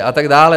A tak dále.